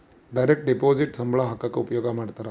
direct deposit ಸಂಬಳ ಹಾಕಕ ಉಪಯೋಗ ಮಾಡ್ತಾರ